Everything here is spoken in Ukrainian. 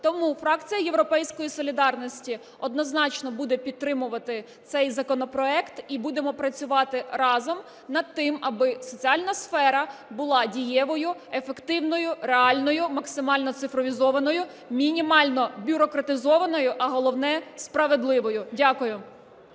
Тому фракція "Європейська солідарність" однозначно буде підтримувати цей законопроект і будемо працювати разом над тим, аби соціальна сфера була дієвою, ефективно, реальною, максимально цифровізованою, мінімально бюрократизованою, а головне – справедливою. Дякую.